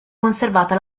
conservata